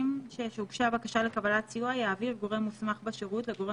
רשאי משרד הבריאות להעביר לשירות בקשה